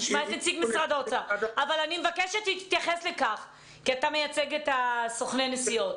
אבל אני מבקשת שתתייחס לכך כי אתה מייצג את סוכני הנסיעות,